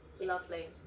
Lovely